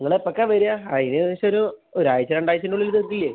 നിങ്ങൾ എപ്പഴാണ് വരിക അതിന് ഏകദേശം ഒരു ഒരാഴ്ച്ച രണ്ടാഴ്ച്ചേൻ്റെ ഉള്ളില് തീർക്കില്ലേ